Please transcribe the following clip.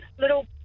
...little